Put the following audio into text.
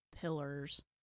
Pillars